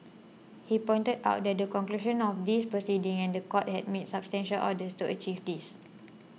he pointed out that the conclusion of these proceedings and the court had made substantial orders to achieve this